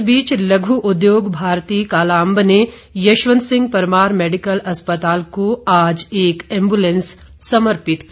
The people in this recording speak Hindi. इस बीच लघ् उद्योग भारती काला ने यशवंत सिंह परमार मेडिकल अस्पताल को आज एक एंब्लेंस समर्पित की